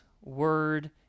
word